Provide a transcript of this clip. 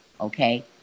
Okay